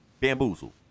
Bamboozle